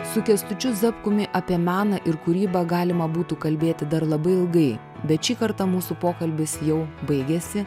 su kęstučiu zapkumi apie meną ir kūrybą galima būtų kalbėti dar labai ilgai bet šį kartą mūsų pokalbis jau baigėsi